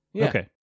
Okay